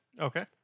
Okay